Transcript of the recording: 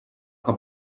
que